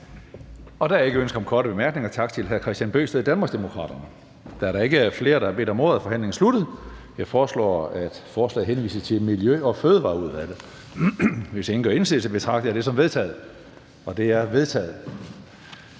Der er ikke ønske om korte bemærkninger. Tak til hr. Kristian Bøgsted, Danmarksdemokraterne. Da der ikke er flere, der har bedt om ordet, er forhandlingen sluttet. Jeg foreslår, at forslaget til folketingsbeslutning henvises til Miljø- og Fødevareudvalget. Hvis ingen gør indsigelse, betragter jeg det som vedtaget. Det er vedtaget.